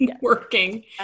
working